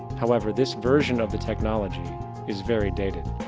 however this version of the technology is very dated.